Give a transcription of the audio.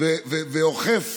ואוכף